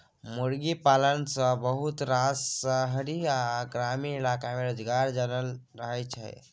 मुर्गी पालन सँ बहुत रास शहरी आ ग्रामीण इलाका में रोजगार जनमि रहल छै